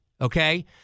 okay